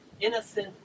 innocent